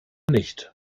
nicht